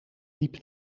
liep